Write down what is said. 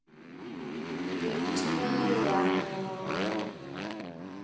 ᱯᱤᱴᱷᱟᱹᱭᱟᱵᱚᱱ